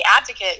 advocate